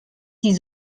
die